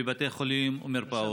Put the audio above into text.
בבתי חולים ובמרפאות.